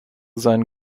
seinen